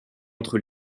entre